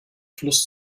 fluss